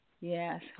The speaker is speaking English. Yes